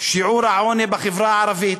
זה שיעור העוני בחברה הערבית,